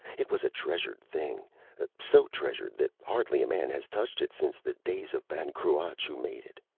it was a treasured thing so treasured that hardly a man has touched it since the days of ban cruach who made it.